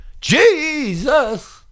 Jesus